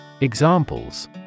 Examples